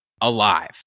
alive